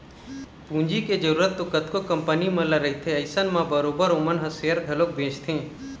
पूंजी के जरुरत तो कतको कंपनी मन ल रहिथे अइसन म बरोबर ओमन ह सेयर घलोक बेंचथे